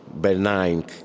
benign